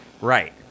Right